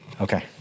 Okay